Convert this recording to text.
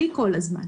לדעתי זה לא